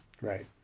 Right